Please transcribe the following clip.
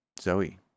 Zoe